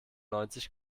neunzig